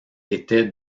étaient